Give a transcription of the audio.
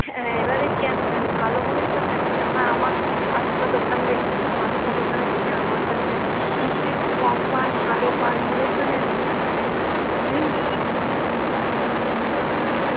হ্যাঁ হ্যাঁ এবারে কেনো নেন ভালো বলেই তো নেন কেনো না আমার পাঁচটা দোকান দেখেছেন পাঁচটা দোকানের থেকে আমার কাছে নিশ্চয় একটু কম পান ভালো পান বলেই তো নেন বলুন তাই না তাহলে